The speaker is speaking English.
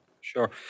Sure